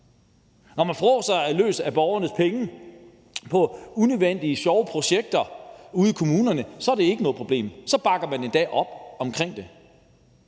Når man fråser løs med borgernes penge på unødvendige sjove projekter ude i kommunerne, er det ikke noget problem. Så bakker man endda op om det.